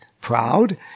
proud